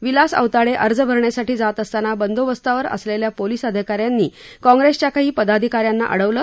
विलास औताडे अर्ज भरण्यासाठी जात असताना बंदोबस्तावर असलेल्या पोलीस अधिकाऱ्यांनी काँग्रेसच्या काही पदाधिकाऱ्यांना अडवलं